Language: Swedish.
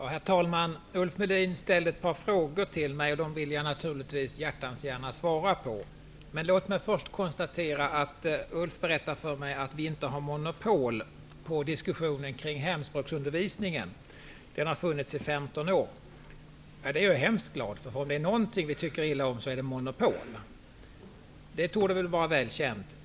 Herr talman! Ulf Melin ställde ett par frågor till mig, och dem vill jag naturligtvis hjärtans gärna svara på. Låt mig först konstatera att Ulf Melin berättar för mig att Ny demokrati inte har monopol på diksussionen kring hemspråksundervisningen, och att den har funnits i 15 år. Det är jag hemskt glad för. Om det är någonting vi tycker illa om så är det monopol. Det borde vara väl känt.